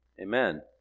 Amen